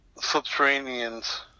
Subterranean's